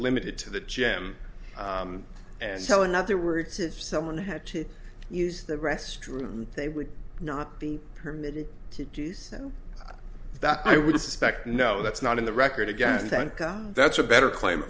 limited to the gym and so in other words if someone had to use the restroom they would not be permitted to do that i would suspect no that's not in the record again thank god that's a better claim